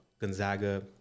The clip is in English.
Gonzaga